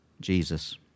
Jesus